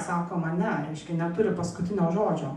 sako mane reiškia neturi paskutinio žodžio